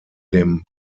dem